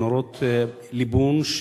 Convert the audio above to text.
מנורות ליבון,